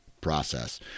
process